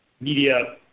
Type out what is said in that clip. media